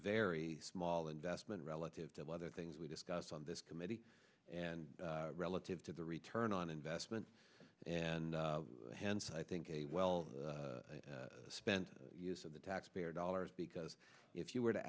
very small investment relative to the other things we discuss on this committee and relative to the return on investment and hence i think a well spent use of the taxpayer dollars because if you were to